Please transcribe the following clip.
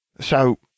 So